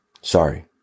Sorry